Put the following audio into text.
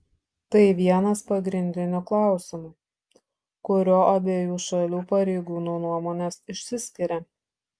tai vienas pagrindinių klausimų kuriuo abiejų šalių pareigūnų nuomonės išsiskiria